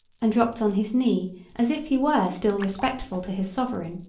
and dropped on his knee as if he were still respectful to his sovereign.